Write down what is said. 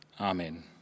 Amen